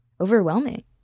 overwhelming